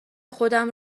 خودم